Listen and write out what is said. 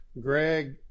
Greg